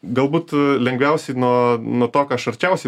galbūt lengviausiai nuo nuo to ką aš arčiausiai